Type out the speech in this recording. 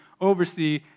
oversee